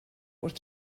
wrth